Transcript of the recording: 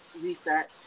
research